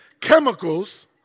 chemicals